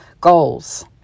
goals